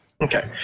Okay